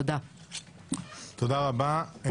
תודה רבה.